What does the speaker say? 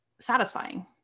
satisfying